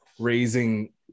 raising